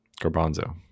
garbanzo